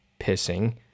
pissing